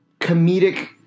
comedic